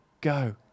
go